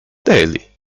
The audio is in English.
daily